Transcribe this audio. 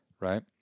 Right